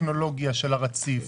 טכנולוגיה של רציף.